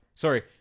Sorry